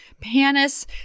PANIS